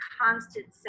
constant